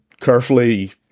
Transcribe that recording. carefully